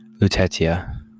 Lutetia